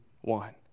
one